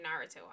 Naruto